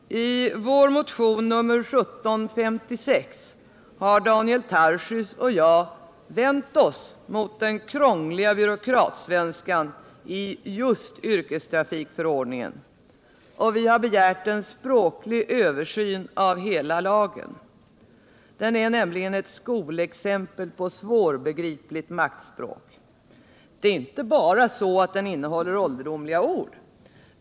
I vår motion 1756 har Daniel Tarschys och jag vänt oss mot den krångliga byråkratsvenskan i just yrkestrafikförordningen och begärt en språklig översyn av hela lagen. Den är nämligen ett skolexempel på svårbegripligt maktspråk. Det är inte bara så att den innehåller ålderdomliga ord.